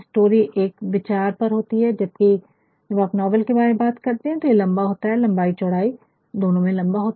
story एक विचार पर होती है जबकि जब आप नावेल के बारे में बात करते है ये लम्बा होता है लम्बाई चौड़ाई दोनों में लम्बा होगा